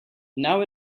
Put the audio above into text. now